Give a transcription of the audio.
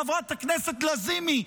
חברת הכנסת לזימי,